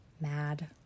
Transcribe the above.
mad